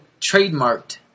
trademarked